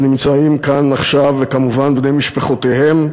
שנמצאים כאן עכשיו, וכמובן לבני משפחותיהם,